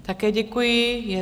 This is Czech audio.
Také děkuji.